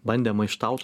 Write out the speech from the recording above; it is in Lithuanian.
bandė maištaut